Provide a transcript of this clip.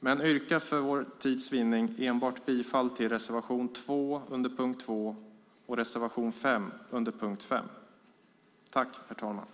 Men jag yrkar för tids vinnande bifall enbart till reservation 2 under punkt 2 och reservation 5 under punkt 6.